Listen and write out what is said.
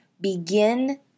begin